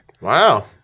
Wow